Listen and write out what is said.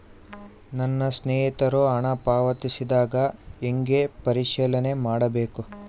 ನನ್ನ ಸ್ನೇಹಿತರು ಹಣ ಪಾವತಿಸಿದಾಗ ಹೆಂಗ ಪರಿಶೇಲನೆ ಮಾಡಬೇಕು?